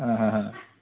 হা হা হা